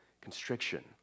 constriction